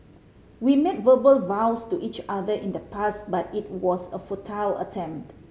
we made verbal vows to each other in the past but it was a futile attempt